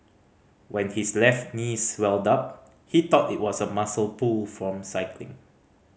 when his left knee swelled up he thought it was a muscle pull from cycling